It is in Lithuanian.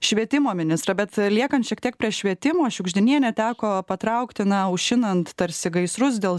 švietimo ministrą bet liekant šiek tiek prie švietimo šiugždinienę teko patraukti na aušinant tarsi gaisrus dėl